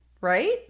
right